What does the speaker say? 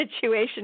situation